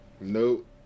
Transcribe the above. Nope